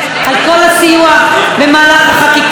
על כל הסיוע במהלך החקיקה.